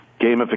Gamification